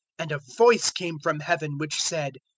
and a voice came from heaven, which said,